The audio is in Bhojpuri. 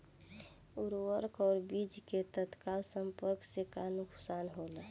उर्वरक और बीज के तत्काल संपर्क से का नुकसान होला?